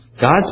God's